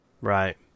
Right